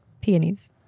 peonies